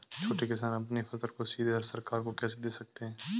छोटे किसान अपनी फसल को सीधे सरकार को कैसे दे सकते हैं?